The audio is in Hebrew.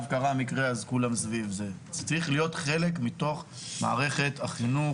זה צריך להיות חלק מתוך מערכת החינוך,